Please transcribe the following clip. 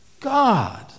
God